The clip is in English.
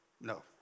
No